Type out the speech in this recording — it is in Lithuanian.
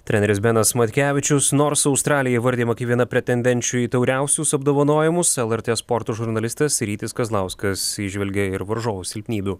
treneris benas matkevičius nors australija įvardijama kaip viena pretendenčių į tauriausius apdovanojimus lrt sporto žurnalistas rytis kazlauskas įžvelgia ir varžovų silpnybių